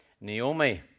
Naomi